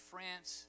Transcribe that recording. France